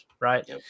right